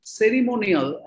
ceremonial